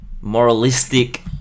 moralistic